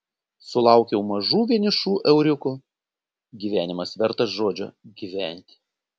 sulaukiau mažų vienišų euriukų gyvenimas vertas žodžio gyventi